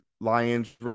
Lions